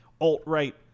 alt-right